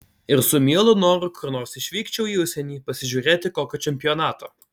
ir su mielu noru kur nors išvykčiau į užsienį pasižiūrėti kokio čempionato